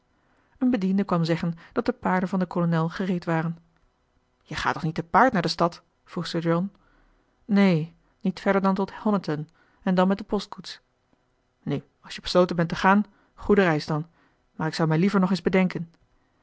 een bediende kwam zeggen dat de paarden van den kolonel gereed waren je gaat toch niet te paard naar de stad vroeg sir john neen niet verder dan tot honiton en dan met de postkoets nu als je besloten bent te gaan goede reis dan maar ik zou mij liever nog eens bedenken